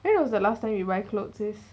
when was the last time you buy clothes sis